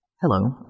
Hello